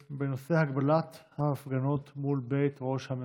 בנושא הגבלת ההפגנות מול בית ראש הממשלה,